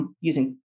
using